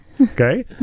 Okay